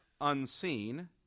unseen